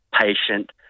patient